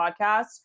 podcast